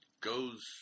goes